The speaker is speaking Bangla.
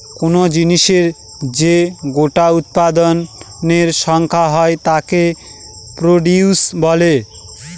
কোন জিনিসের যে গোটা উৎপাদনের সংখ্যা হয় তাকে প্রডিউস বলে